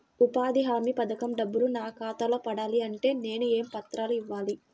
ఉపాధి హామీ పథకం డబ్బులు నా ఖాతాలో పడాలి అంటే నేను ఏ పత్రాలు ఇవ్వాలి?